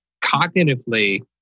cognitively